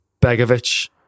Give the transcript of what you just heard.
Begovic